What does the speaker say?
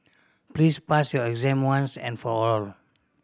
please pass your exam once and for all